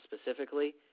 specifically